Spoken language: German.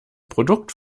produkt